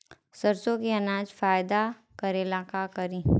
सरसो के अनाज फायदा करेला का करी?